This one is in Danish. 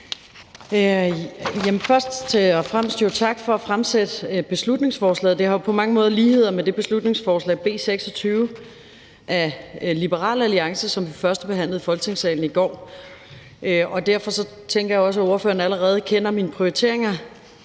tak for at fremsætte beslutningsforslaget. Det har jo på mange måder ligheder med det beslutningsforslag, B 26, af Liberal Alliance, som vi førstebehandlede i Folketingssalen i går. Derfor tænker jeg også, at ordføreren allerede kender mine prioriteringer